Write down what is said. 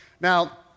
Now